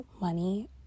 money